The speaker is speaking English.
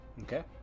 Okay